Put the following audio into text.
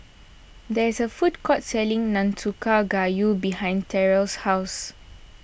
there is a food court selling Nanakusa Gayu behind Terell's house